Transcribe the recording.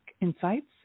insights